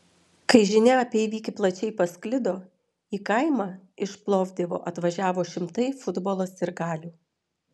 kai žinia apie įvykį plačiai pasklido į kaimą iš plovdivo atvažiavo šimtai futbolo sirgalių